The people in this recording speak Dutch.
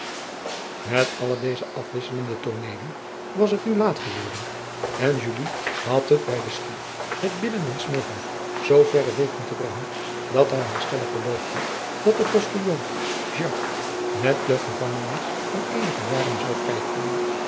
et alle deze afwisselende tooneelen was het nu laat geworden en had het bij den chout met bidden en smeeken zooverre weten te brengen dat hij haar stellig beloofd had dat de ostiljon met de gevangenis van eenige jaren zou vrijkomen